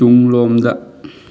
ꯇꯨꯡꯂꯣꯝꯗ